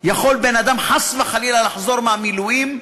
יכול בן-אדם, חס וחלילה, לחזור מהמילואים,